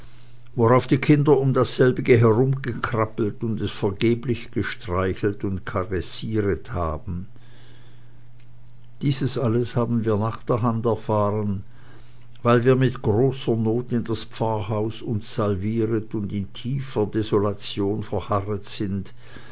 worauf die kinder um dasselbige herumgekrabbelt und es vergeblich gestreichelt und caressiret haben dieses alles haben wir nach der hand erfahren weill wir mit großer noth in das pfarrhaus uns salviret und in tiefer desolation verharret sind